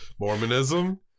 Mormonism